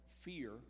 fear